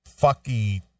fucky